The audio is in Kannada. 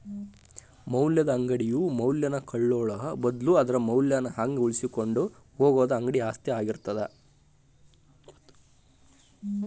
ಮೌಲ್ಯದ ಅಂಗಡಿಯು ಮೌಲ್ಯನ ಕಳ್ಕೊಳ್ಳೋ ಬದ್ಲು ಅದರ ಮೌಲ್ಯನ ಹಂಗ ಉಳಿಸಿಕೊಂಡ ಹೋಗುದ ಅಂಗಡಿ ಆಸ್ತಿ ಆಗಿರತ್ತ